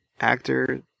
actor